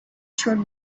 showed